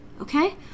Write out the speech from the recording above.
Okay